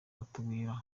atubwira